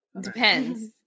depends